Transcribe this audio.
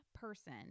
person